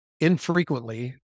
infrequently